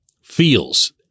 feels